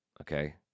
okay